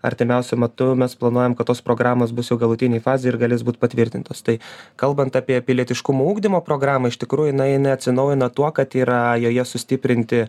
artimiausiu metu mes planuojam kad tos programos bus jau galutinėj fazėj ir galės būt patvirtintos tai kalbant apie pilietiškumo ugdymo programą iš tikrųjų jinai neatsinaujina tuo kad yra joje sustiprinti